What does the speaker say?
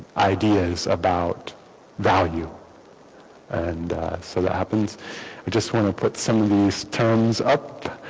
ideas about value and so that happens i just want to put some of these turns up